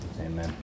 Amen